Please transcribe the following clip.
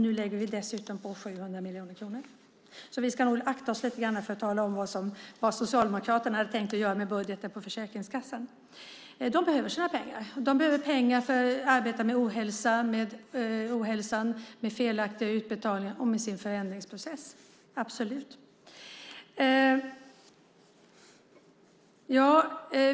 Nu lägger vi dessutom till 700 miljoner kronor. Så vi ska nog akta oss lite grann för att tala om vad socialdemokraterna hade tänkt göra med budgeten för Försäkringskassan. De behöver sina pengar. De behöver pengar för att arbeta med ohälsan, med felaktiga utbetalningar och med sin förändringsprocess. Det gör de absolut.